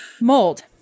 mold